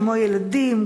כמו ילדים,